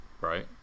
right